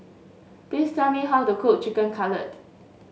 please tell me how to cook Chicken Cutlet